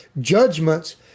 judgments